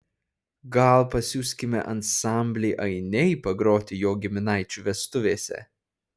gal pasiųskime ansamblį ainiai pagroti jo giminaičių vestuvėse